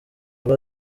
rwa